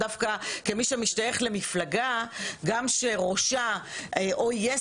דווקא כמי שמשתייך למפלגה שראשה יהיה